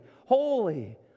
holy